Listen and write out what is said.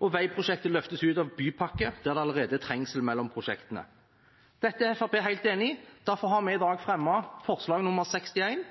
og veiprosjektet løftes ut av bypakken, der det allerede er trengsel mellom prosjektene. Dette er Fremskrittspartiet helt enig i. Derfor har vi i dag fremmet forslag